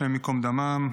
השם ייקום דמם,